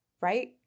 right